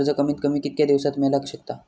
कर्ज कमीत कमी कितक्या दिवसात मेलक शकता?